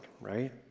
right